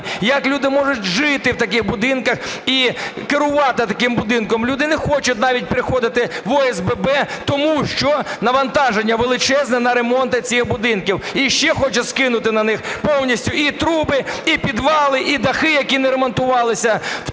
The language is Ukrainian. як люди можуть жити в таких будинках і керувати таким будинком. Люди не хочуть навіть приходити в ОСББ, тому що навантаження величезне на ремонти цих будинків. І ще хочуть скинути на них повністю і труби, і підвали, і дахи, які не ремонтувалися.